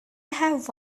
have